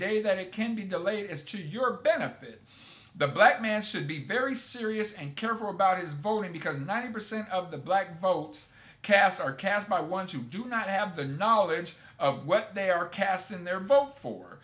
day that it can be delayed is to your benefit the black man should be very serious and careful about his voting because ninety percent of the black votes cast are cast my ones who do not have the knowledge of what they are casting their vote for